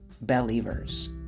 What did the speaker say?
Believers